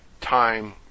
time